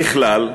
ככלל,